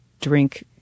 drink